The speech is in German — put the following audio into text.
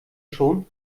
schon